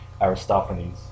Aristophanes